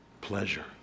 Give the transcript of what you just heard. pleasure